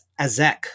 Azek